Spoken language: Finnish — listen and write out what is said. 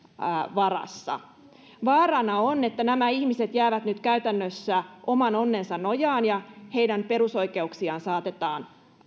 varassa vaarana on että nämä ihmiset jäävät nyt käytännössä oman onnensa nojaan ja heidän perusoikeuksiaan saatetaan